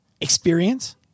experience